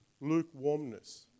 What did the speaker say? lukewarmness